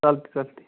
चालतं चालते